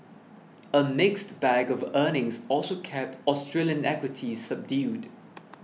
a mixed bag of earnings also kept Australian equities subdued